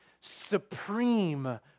supreme